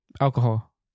Alcohol